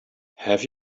have